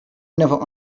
never